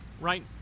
right